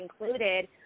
included